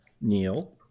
Neil